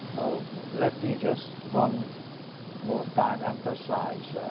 let me just one more time emphasize,